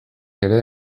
ere